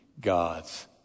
God's